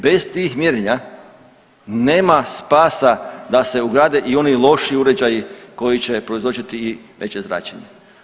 Bez tih mjerenja nema spasa da se ugrade i oni loši uređaji koji će prouzročiti i veće zračenje.